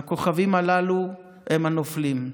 והכוכבים הללו הם הנופלים.